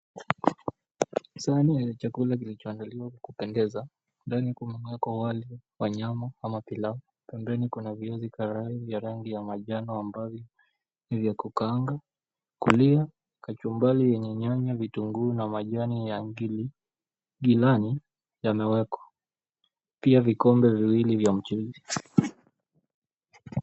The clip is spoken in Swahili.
Sahani yenye chakula kilichoandaliwa kupendeza rangi kunako wali wa nyama ama pilau, pembeni kuna viazi karai vya rangi ya manjano ambazo ni vya kukaanga. Kulia kachumbari vyenye nyanya vitunguu na majani ya gilani yamewekwa. Pia vikombe viwili ya mchuzi.